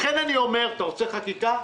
לכן אני אומר אתה רוצה חקיקה?